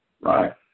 right